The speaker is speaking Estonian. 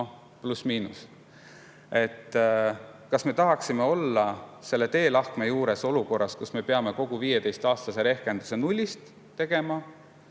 pluss-miinus. Kas me tahaksime olla sellel teelahkmel olukorras, kus me peame kogu 15 aasta kohta rehkenduse nullist tegema,